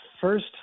first